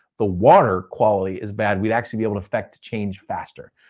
the water quality is bad, we'd actually be able to effect change faster.